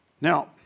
Now